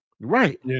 Right